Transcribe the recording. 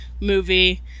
movie